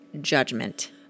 judgment